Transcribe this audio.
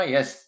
Yes